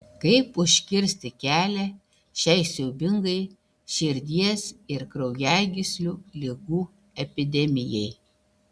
kaip užkirsti kelią šiai siaubingai širdies ir kraujagyslių ligų epidemijai